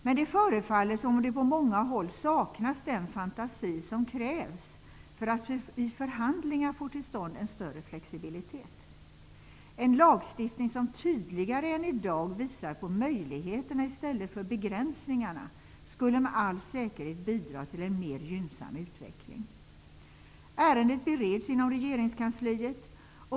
Men det förefaller som om det på många håll saknas den fantasi som krävs för att i förhandlingar få till stånd en större flexibilitet. En lagstiftning som tydligare än i dag visar på möjligheterna i stället för begränsningarna skulle med all säkerhet bidra till en mera gynnsam utveckling. Ärendet bereds inom regeringskansliet.